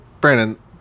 Brandon